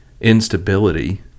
instability